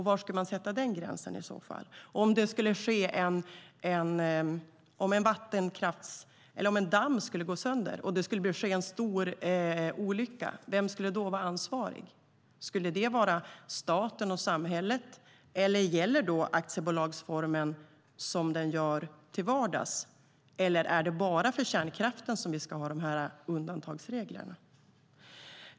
Var skulle man sätta den gränsen i så fall? Om en damm skulle gå sönder och det skulle ske en stor olycka undrar jag: Vem skulle vara ansvarig? Skulle det vara staten och samhället, eller gäller aktiebolagsformen, som den gör till vardags, eller är det bara för kärnkraften som vi ska ha de här undantagsreglerna?